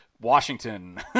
Washington